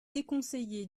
déconseillé